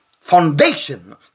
foundation